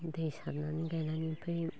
दै सारनानै गायनानै ओमफ्राय